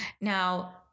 Now